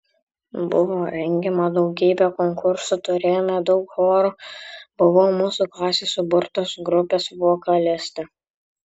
buvo rengiama daugybė konkursų turėjome daug chorų buvau mūsų klasės suburtos grupės vokalistė